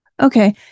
Okay